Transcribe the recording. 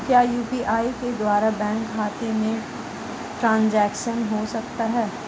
क्या यू.पी.आई के द्वारा बैंक खाते में ट्रैन्ज़ैक्शन हो सकता है?